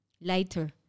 lighter